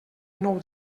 nou